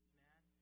man